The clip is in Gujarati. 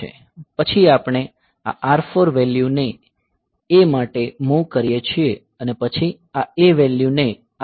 પછી આપણે આ R4 વેલ્યૂને A માટે MOV કરીએ છીએ અને પછી આ A વેલ્યૂને R5 પર મૂવ કરીએ છીએ